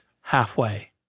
halfway